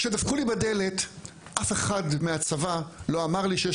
כשדפקו לי בדלת אף אחד מהצבא לא אמר לי שיש